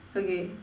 okay